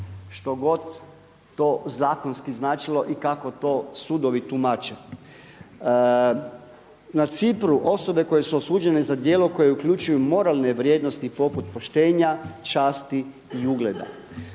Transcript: što god to zakonski značilo i kako to sudovi tumačili. Na Cipru, osobe koje su osuđene za djelo koje uključuje moralne vrijednosti poput poštenja, časti i ugleda.